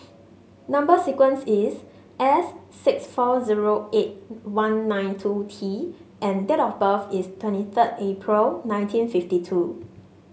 number sequence is S six four zero eight one nine two T and date of birth is twenty third April nineteen fifty two